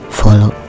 follow